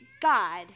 God